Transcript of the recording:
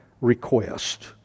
request